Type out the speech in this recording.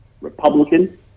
republican